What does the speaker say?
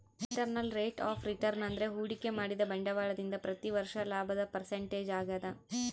internal rate of return ಅಂದ್ರೆ ಹೂಡಿಕೆ ಮಾಡಿದ ಬಂಡವಾಳದಿಂದ ಪ್ರತಿ ವರ್ಷ ಲಾಭದ ಪರ್ಸೆಂಟೇಜ್ ಆಗದ